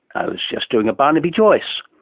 i was just doing a barnaby joyce.